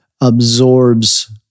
absorbs